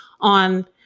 on